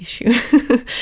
issue